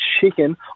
chicken